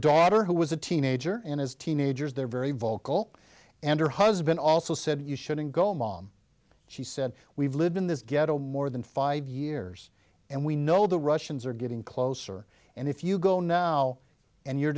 daughter who was a teenager and as teenagers they're very vocal and her husband also said you shouldn't go mom she said we've lived in this ghetto more than five years and we know the russians are getting closer and if you go now and you're